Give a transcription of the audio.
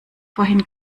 vorhin